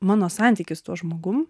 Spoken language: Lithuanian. mano santykį tuo žmogumi